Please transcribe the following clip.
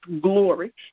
glory